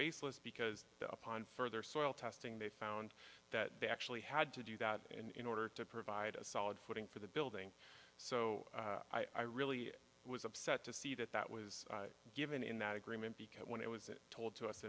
baseless because upon further soil testing they found that they actually had to do that in order to provide a solid footing for the building so i really was upset to see that that was given in that agreement because when it was told to us